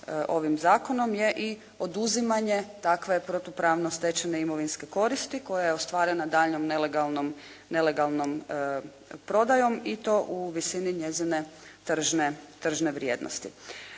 ovim zakonom je i oduzimanje takve protupravno stečene imovinske koristi koja je ostvarena daljnjom nelegalnom prodajom i to u visini njezine tržne vrijednosti.